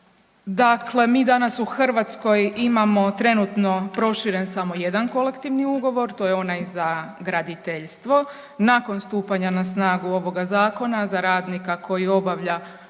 Dakle, mi danas u Hrvatskoj imamo trenutno proširen samo jedan kolektivni ugovor, to je onaj za graditeljstvo. Nakon stupanja na snagu ovoga zakona za radnika koji obavlja